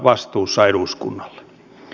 herra puhemies